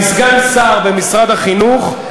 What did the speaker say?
לסגן שר במשרד החינוך,